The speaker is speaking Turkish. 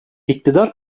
i̇ktidar